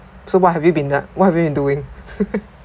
so what have you been don~ what have you been doing